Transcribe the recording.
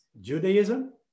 Judaism